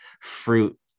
fruit